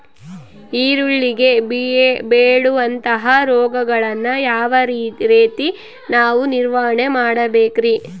ಈರುಳ್ಳಿಗೆ ಬೇಳುವಂತಹ ರೋಗಗಳನ್ನು ಯಾವ ರೇತಿ ನಾವು ನಿವಾರಣೆ ಮಾಡಬೇಕ್ರಿ?